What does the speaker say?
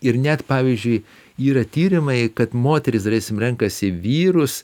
ir net pavyzdžiui yra tyrimai kad moterys daleiskim renkasi vyrus